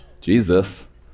Jesus